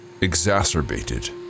exacerbated